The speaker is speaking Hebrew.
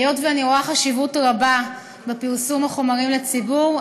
היות שאני רואה חשיבות רבה בפרסום החומרים לציבור,